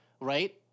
right